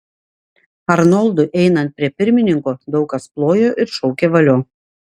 arnoldui einant prie pirmininko daug kas plojo ir šaukė valio